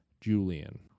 Julian